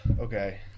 Okay